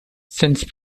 since